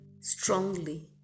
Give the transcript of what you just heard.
strongly